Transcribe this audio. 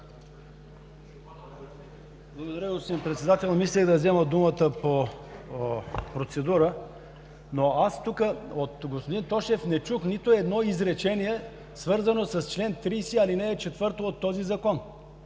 Благодаря, господин Председател. Мислех да взема думата по процедура, но от господин Тошев не чух нито едно изречение, свързано с чл. 30, ал. 4 от този Закон.